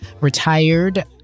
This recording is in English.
retired